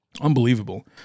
Unbelievable